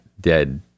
dead